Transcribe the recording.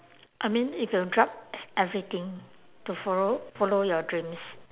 I mean if you drop everything to follow follow your dreams